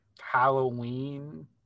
Halloween